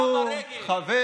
אנחנו, חבר